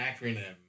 acronym